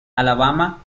alabama